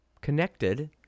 connected